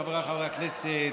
חבריי חברי הכנסת,